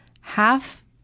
half